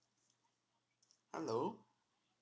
hello